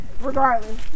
Regardless